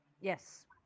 Yes